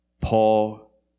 Paul